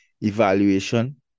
evaluation